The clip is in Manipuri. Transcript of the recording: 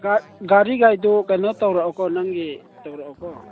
ꯒꯥꯔꯤꯒꯥꯏꯗꯨ ꯀꯩꯅꯣ ꯇꯧꯔꯛꯑꯣꯀꯣ ꯅꯪꯒꯤ ꯇꯧꯔꯛꯑꯣꯀꯣ